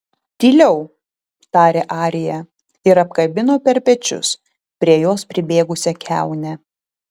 tyliau tarė arija ir apkabino per pečius prie jos pribėgusią kiaunę